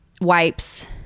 wipes